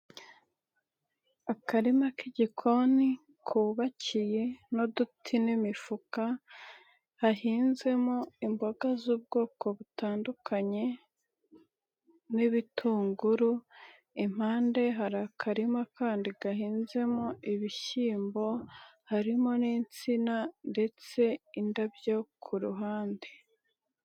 Akarima k'igikoni kubabakiye n'uduti n'imifuka, hahinzemo imboga z'ubwoko butandukanye n'ibitunguru, impande hari akarima kandi gahinnzemo ibishyimbo, harimo n'insina ndetse indabyo ku ruhande.